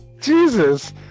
Jesus